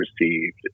received